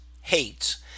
hates